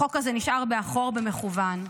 החוק הזה נשאר מאחור במכוון.